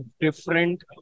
different